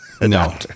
No